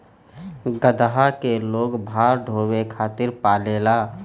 गदहा के लोग भार ढोवे खातिर पालेला